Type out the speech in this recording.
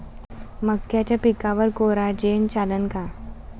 मक्याच्या पिकावर कोराजेन चालन का?